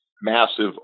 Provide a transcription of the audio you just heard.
massive